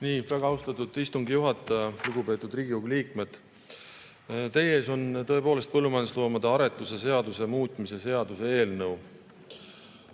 Väga austatud istungi juhataja! Lugupeetud Riigikogu liikmed! Teie ees on tõepoolest põllumajandusloomade aretuse seaduse muutmise seaduse eelnõu.